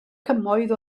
cymoedd